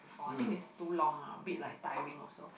for I think it's too long ah a bit like tiring also